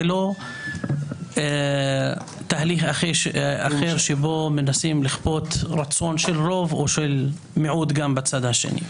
ולא תהליך אחר שבו מנסים לכפות רצון של רוב או של מיעוט גם בצד השני.